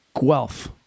Guelph